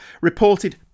reported